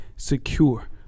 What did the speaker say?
Secure